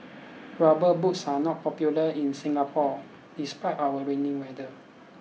rubber boots are not popular in Singapore despite our rainy weather